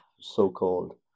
so-called